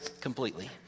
completely